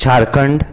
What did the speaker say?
Jharkhand